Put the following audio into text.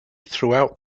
throughout